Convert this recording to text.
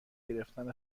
گرفتن